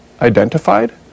identified